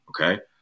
Okay